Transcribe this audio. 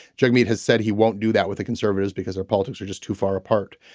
jeremy has said he won't do that with the conservatives because their politics are just too far apart.